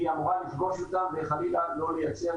והיא אמורה לפגוש אותם וחלילה לא לייצר